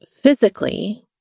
physically